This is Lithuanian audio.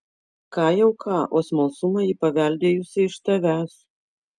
ką jau ką o smalsumą ji paveldėjusi iš tavęs